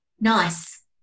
nice